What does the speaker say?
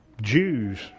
Jews